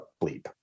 bleep